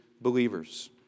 believers